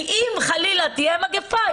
כי אם חלילה תהיה מגיפה,